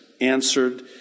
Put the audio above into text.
answered